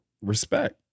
Respect